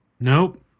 Nope